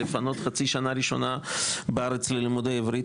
לפנות חצי שנה ראשונה בארץ ללימודי עברית,